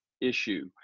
issue